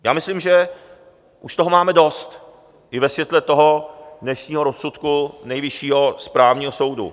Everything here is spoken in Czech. Já myslím, že už toho máme dost, i ve světle toho dnešního rozsudku Nejvyššího správního soudu.